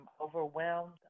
overwhelmed